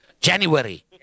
January